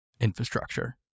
infrastructure